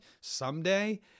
someday